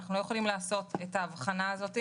אנחנו לא יכולים לעשות את ההבחנה הזאת.